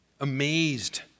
amazed